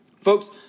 Folks